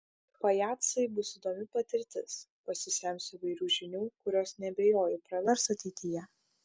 pajacai bus įdomi patirtis pasisemsiu įvairių žinių kurios neabejoju pravers ateityje